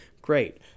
Great